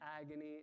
agony